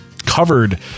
covered